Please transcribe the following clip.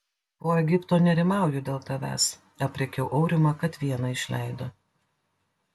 po egipto nerimauju dėl tavęs aprėkiau aurimą kad vieną išleido